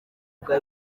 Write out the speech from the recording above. bwa